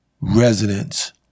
residents